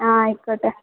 ആ ആയിക്കോട്ടെ